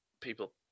people